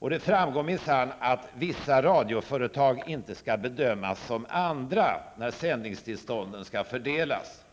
Det framgår minsann att vissa radioföretag inte skall bedömas som andra när sändningstillstånden skall fördelas.